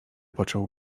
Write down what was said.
począł